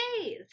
days